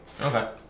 Okay